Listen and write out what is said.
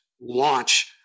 launch